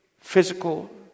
physical